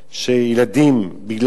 ביותר,